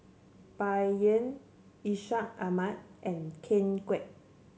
Bai Yan Ishak Ahmad and Ken Kwek